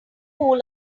pool